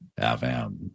FM